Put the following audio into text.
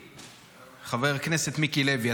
חבר הכנסת מיקי לוי,